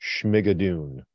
Schmigadoon